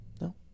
no